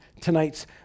tonight's